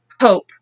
hope